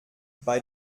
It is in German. bei